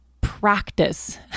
practice